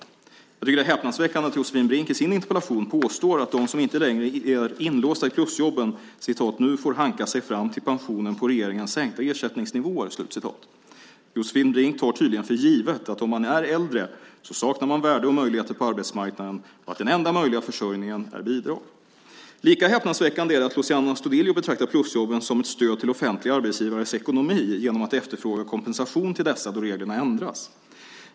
Jag tycker det är häpnadsväckande att Josefin Brink i sin interpellation påstår att de som inte längre är inlåsta i plusjobben "nu får hanka sig fram till pensionen på regeringens sänkta ersättningsnivåer". Josefin Brink tar tydligen för givet att om man är äldre så saknar man värde och möjligheter på arbetsmarknaden och att den enda möjliga försörjningen är bidrag. Lika häpnadsväckande är det att Luciano Astudillo betraktar plusjobben som ett stöd till offentliga arbetsgivares ekonomi genom att efterfråga kompensation till dessa då reglerna ändras.